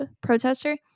protester